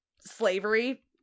slavery